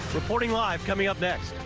reporting live, coming up next.